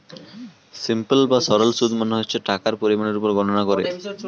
simple বা সরল সুদ মানে যা টাকার পরিমাণের উপর গণনা করে